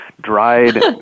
dried